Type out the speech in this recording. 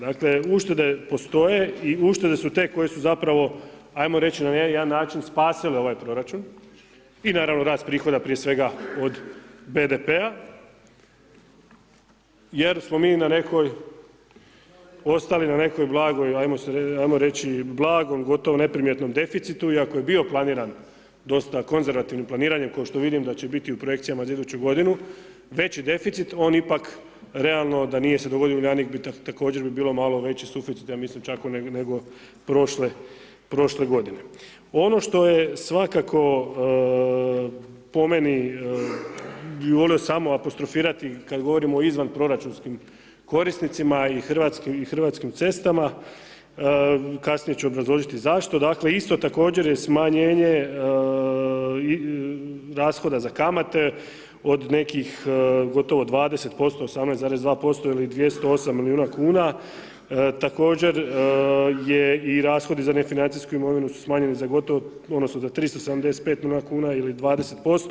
Dakle, uštede postoje i uštede su te koje su zapravo, ajmo reći na jedan način spasile ovaj proračun i naravno rast prihoda prije svega od BDP-a jer smo mi ostali na nekom blagu, gotovo neprimjetnom deficitu i ako je bio planiran, dosta konzervativnim i planiranjem ko što vidim da će biti u projekcijama za iduću g. veću deficit, on ipak realno da nije se dogodio Uljanik, također bi bio malo veći suficit, ja mislim čak, nego prošle g. Ono što je svakako po meni, bi volio samo apostrofirati kada govorim o izvanproračunskim korisnicima i hrvatskim cestama, kasnije ću obrazložiti zašto, dakle, isto također je smanjenje rashoda za kamate od nekih gotovo 20 %, 18,2% ili 208 milijuna kn, također je i rashodi za nefinancijsku imovinu su smanjeni za gotovo, odnosno, za 375 milijuna kn ili 20%